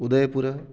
उदयपुरः